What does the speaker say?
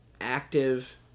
active